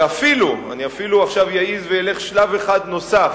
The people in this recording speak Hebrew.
ואני אפילו עכשיו אעז ואלך שלב אחד נוסף,